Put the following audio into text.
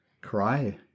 cry